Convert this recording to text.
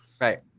Right